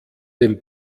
den